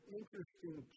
interesting